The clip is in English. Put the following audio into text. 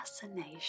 fascination